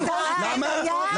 למה?